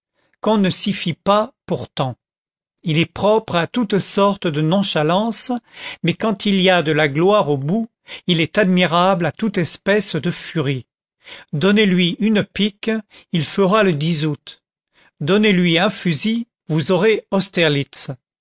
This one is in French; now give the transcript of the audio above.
qu'on ne s'y fie pas pourtant il est propre à toute sorte de nonchalance mais quand il y a de la gloire au bout il est admirable à toute espèce de furie donnez-lui une pique il fera le août donnez-lui un fusil vous aurez austerlitz